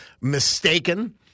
mistaken